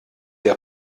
der